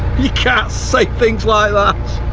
you can't say things like